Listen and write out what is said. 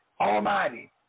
Almighty